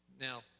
Now